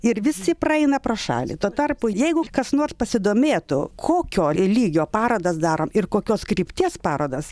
ir visi praeina pro šalį tuo tarpu jeigu kas nors pasidomėtų kokio lygio parodas darom ir kokios krypties parodas